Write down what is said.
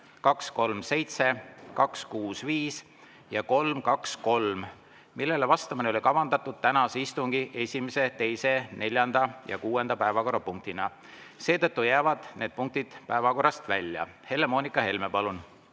237, 265 ja 323, millele vastamine oli kavandatud tänase istungi esimese, teise, neljanda ja kuuenda päevakorrapunktina. Seetõttu jäävad need punktid päevakorrast välja. Helle-Moonika Helme, palun!